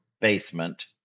basement